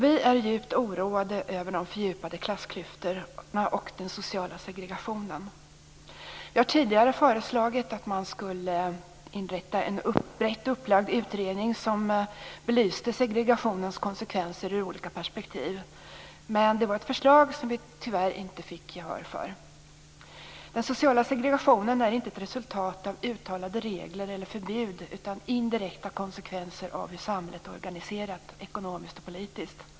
Vi är djupt oroade över de fördjupade klassklyftorna och den sociala segregationen. Vi har tidigare föreslagit att man skulle tillsätta en brett upplagd utredning för att belysa segregationens konsekvenser, men vi fick tyvärr inte gehör för det förslaget. Den sociala segregationen är inte ett resultat av uttalade regler eller förbud utan en indirekt konsekvens av hur samhället är organiserat ekonomiskt och politiskt.